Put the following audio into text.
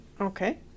Okay